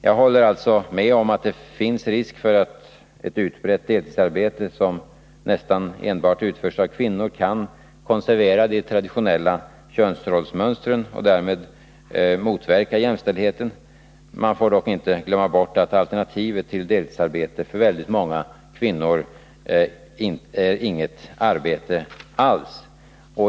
Jag håller alltså med om att det finns risk för att ett utbrett deltidsarbete som nästan enbart utförs av kvinnor kan konservera de traditionella könsrollsmönstren och därmed motverka jämställdheten. Man får dock inte glömma bort att alternativet till deltidsarbete för väldigt många kvinnor är inget arbete alls.